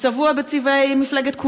הוא צבוע בצבעי מפלגת כולנו.